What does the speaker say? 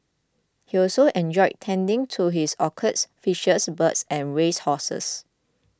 he also enjoyed tending to his orchids fishes birds and race horses